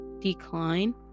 decline